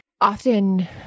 Often